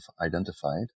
identified